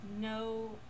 no